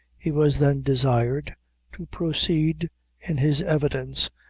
he was then desired to proceed in his evidence,